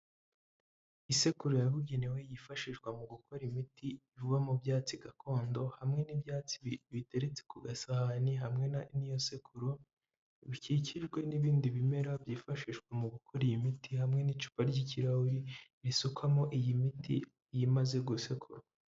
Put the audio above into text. Isekuru yabugenewe yifashishwa mu gukora imiti iva mu byatsi gakondo hamwe n'ibyatsi biteretse ku gasahani hamwe n'iyo sekuru bikikijwe n'ibindi bimera byifashishwa mu gukora iyi miti hamwe n'icupa ry'ikirahure risukwamo iyi miti iyimaze gusekurwa.